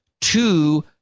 two